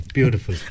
Beautiful